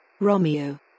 Romeo